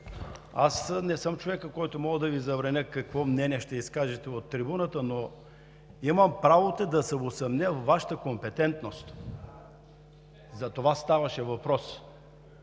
аз не съм човекът, който може да Ви забрани какво мнение ще изкажете от трибуната, но имам право да се усъмня във Вашата компетентност – за това ставаше въпрос.